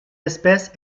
espèce